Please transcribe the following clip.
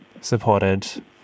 supported